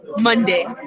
Monday